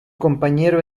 compañero